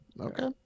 okay